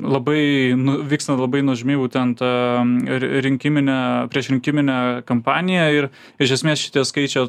labai vyksta labai nuožmi būtent r rinkiminė priešrinkiminė kampanija ir iš esmės šitie skaičiai